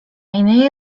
innej